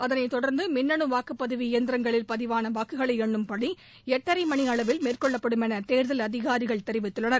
அதனைத் தொடர்ந்து மின்னணு வாக்குப்பதிவு இயந்திரங்களில் பதிவான வாக்குகளை என்னும் பணி எட்டரை மணியளவில் மேற்கொள்ளப்படும் என தேர்தல் அதிகாரிகள் தெரிவித்துள்ளனர்